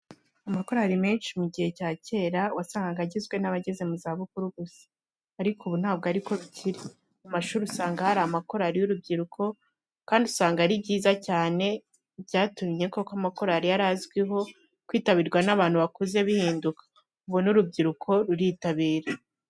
Amakorari menshi mu gihe cya cyera wasangaga agizwe n'abageze muzabukuru gusa ,ariko ubu ntabwo ariko bikiri. Mu mashuri usanga hari amakorari y'urubyiruko kandi usanga ari byiza cyane. Byatumye koko amakorari yarazwiho kwitabirwa n'abantu bakuze bihinduka, ubu n'urubyiruko ruritabira.